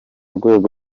rwego